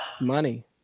Money